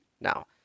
Now